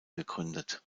gegründet